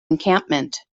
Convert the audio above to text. encampment